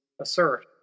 assert